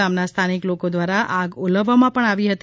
ગામના સ્થાનિક લોકો દ્વારા આગ ઓલવવામાં આવી હતી